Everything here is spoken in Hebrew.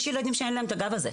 יש ילדים שאין להם את הגב הזה,